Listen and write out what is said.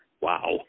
Wow